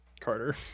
Carter